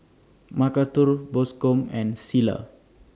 Macarthur Bascom and Cilla